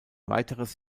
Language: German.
weiteres